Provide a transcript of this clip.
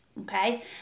Okay